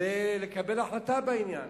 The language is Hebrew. ולקבל החלטה בעניין.